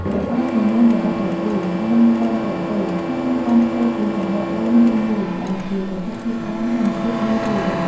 ប្រអប់សំនៀងរបស់ទ្រអ៊ូរាងពងក្រពើ ហើយត្រូវបានធ្វើពីសំបកដូងរាងមូល ដែលជាវត្ថុធាតុដើមធម្មជាតិងាយស្រួលរក។